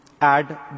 add